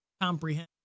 comprehend